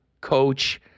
coach